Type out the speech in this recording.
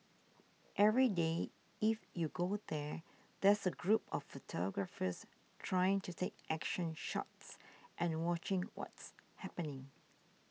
every day if you go there there's a group of photographers trying to take action shots and watching what's happening